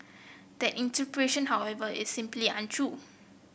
that interpretation however is simply untrue